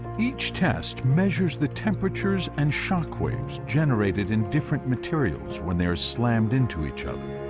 each test measures the temperatures and shockwaves generated in different materials when they are slammed into each other.